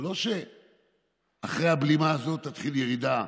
זה לא שאחרי הבלימה הזאת תתחיל ירידה.